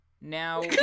Now